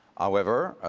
however,